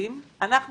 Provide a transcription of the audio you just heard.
אנחנו